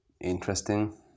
interesting